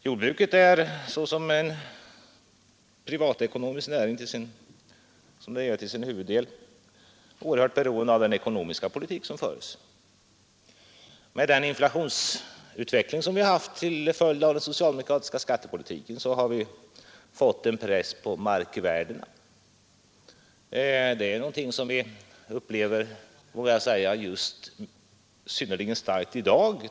Jordbruket är som en privatekonomisk näring — och det är det till sin huvuddel — oerhört beroende av den ekonomiska politik som förs. Med den inflationsutveckling som vi haft till följd av den socialdemokratiska skattepolitiken har vi fått en press på markvärdena. Detta är något som vi upplever synnerligen starkt i dag.